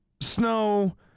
snow